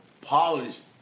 polished